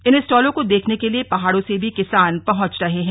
इन स्टॉलों को देखने के लिए पहाड़ों से भी किसान पहुंच रहे हैं